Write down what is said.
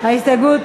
ההסתייגות